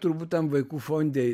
turbūt tam vaikų fonde